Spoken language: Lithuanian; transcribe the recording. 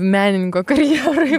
menininko karjeroj